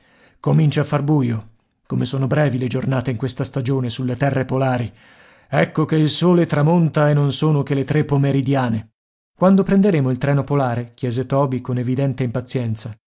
comincia a far buio come son brevi le giornate in questa stagione sulle terre polari ecco che il sole tramonta e non sono che le tre pomeridiane quando prenderemo il treno polare chiese toby con evidente impazienza